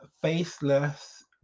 faceless